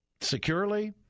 securely